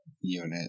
unit